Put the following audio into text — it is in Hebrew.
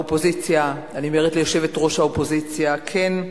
לאופוזיציה, אני אומרת ליושבת-ראש האופוזיציה, כן,